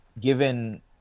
given